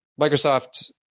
Microsoft